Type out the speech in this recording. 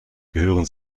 gehören